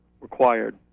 required